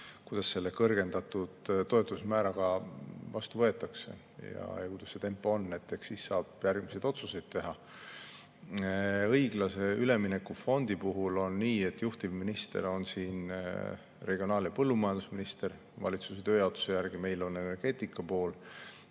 kuidas see selle kõrgendatud toetusmääraga vastu võetakse ja kuidas see tempo on. Eks siis saab järgmised otsused teha. Õiglase ülemineku fondiga on nii, et juhtiv minister on siin regionaal‑ ja põllumajandusminister. Valitsuse tööjaotuse järgi on [meie valdkond] energeetikapool.